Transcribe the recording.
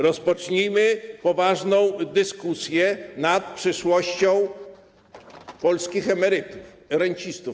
Rozpocznijmy poważną dyskusję nad przyszłością polskich emerytów i rencistów.